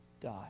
die